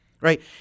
right